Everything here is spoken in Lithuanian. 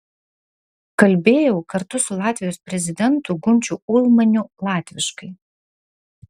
kalbėjau kartu su latvijos prezidentu gunčiu ulmaniu latviškai